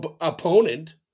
opponent